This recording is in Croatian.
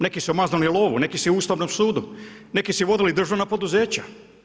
Neki su maznuli lovu, neki su u Ustavnom sudu, neki su vodili državna poduzeća.